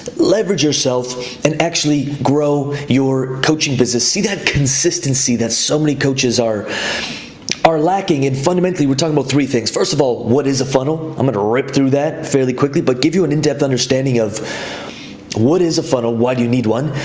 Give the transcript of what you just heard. leverage yourself and actually grow your coaching business. see that consistency that so many coaches are are lacking and fundamentally, we're talking about three things. first of all, what is a funnel, i'm gonna rip through that fairly quickly, but give you an in depth understanding of what is a funnel and why do you need one?